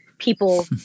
people